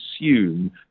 assume